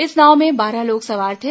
इस नाव में बारह लोग सवार थे